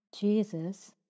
Jesus